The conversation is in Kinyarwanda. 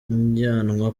njyanwa